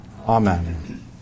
Amen